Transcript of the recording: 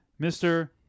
mr